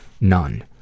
None